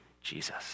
Jesus